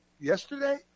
yesterday